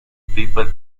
people